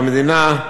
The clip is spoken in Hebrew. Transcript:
במדינה,